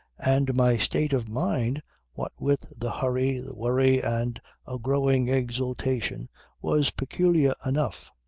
and my state of mind what with the hurry, the worry and a growing exultation was peculiar enough.